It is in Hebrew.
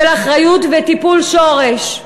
של אחריות וטיפול שורש.